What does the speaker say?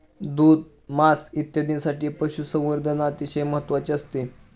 दूध, मांस इत्यादींसाठी पशुसंवर्धन अतिशय महत्त्वाचे असते